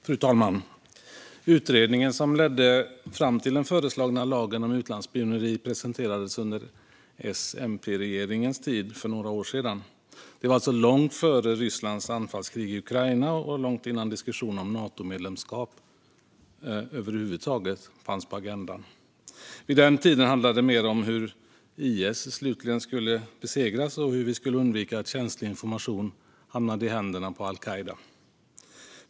Fru talman! Utredningen som ledde fram till den föreslagna lagen om utlandsspioneri presenterades under S-MP-regeringens tid för några år sedan. Det var alltså långt före Rysslands anfallskrig i Ukraina och långt innan diskussionerna om Natomedlemskap över huvud taget fanns på agendan. Vid den tiden handlade det mer om hur IS slutgiltigt skulle besegras och hur vi skulle undvika att känslig information hamnade i händerna på al-Qaida.